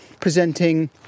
presenting